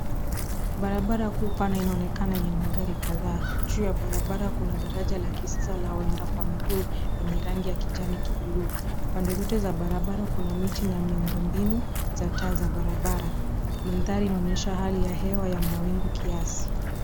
Barabara kuu pana inaonekana yenye magari kadhaa. Juu ya barabara kuna daraja la kisasa la waenda kwa miguu, lenye rangi ya kijani kibluu. Pande zote za barabara kuna miti na miundombinu za taa za barabara. Mandhari yanaonyesha hali ya hewa ya mwawingu kiasi.